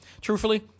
truthfully